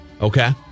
Okay